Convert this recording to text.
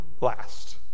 last